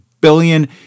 billion